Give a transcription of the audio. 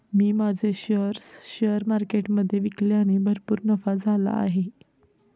मी माझे shares share मार्केटमधे विकल्याने भरपूर नफा झाला आहे